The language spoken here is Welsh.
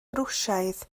rwsiaidd